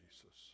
Jesus